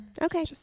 Okay